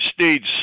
States